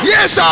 Yes